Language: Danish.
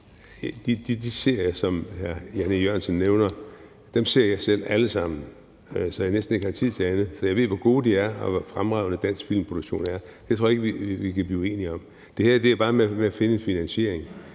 de serier, som hr. Jan E. Jørgensen nævner, ser jeg selv alle sammen, så jeg næsten ikke har tid til andet. Jeg ved, hvor gode de er, og hvor fremragende dansk filmproduktion er. Det tror jeg ikke vi kan blive uenige om. Det her handler bare om at finde en finansiering,